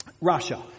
Russia